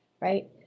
right